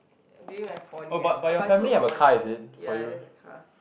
during my Poly like but I took about one year ya that's a car